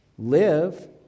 live